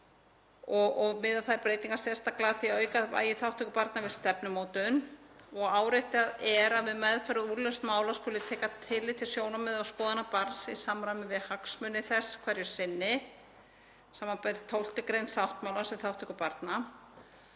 og miða þær breytingar sérstaklega af því að auka vægi þátttöku barna við stefnumótun. Áréttað er að við meðferð og úrlausn mála skuli tekið tillit til sjónarmiða og skoðana barns í samræmi við hagsmuni þess hverju sinni, sbr. ákvæði 12. gr. sáttmálans um þátttöku barna.